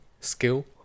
skill